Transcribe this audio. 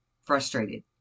frustrated